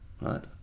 right